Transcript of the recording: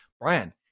Brian